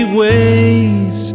ways